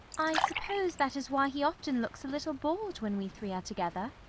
i suppose that is why he often looks a little bored when we three are together.